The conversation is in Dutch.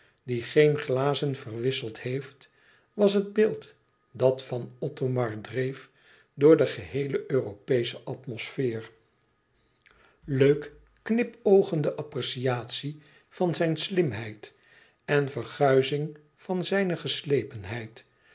die geen glazen verwisseld heeft was het beeld dat van othomar dreef door de geheele europeesche atmosfeer leuk knipoogende appreciatie van zijn slimheid en verguizing van zijne